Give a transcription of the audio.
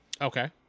Okay